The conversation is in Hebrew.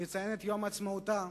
את יום עצמאותה,